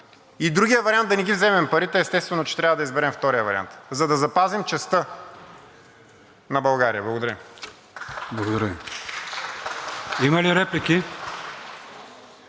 …и другия вариант – да не ги вземем парите, естествено, че трябва да изберем втория вариант, за да запазим честта на България. Благодаря. (Ръкопляскания